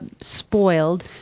spoiled